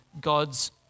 God's